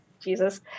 Jesus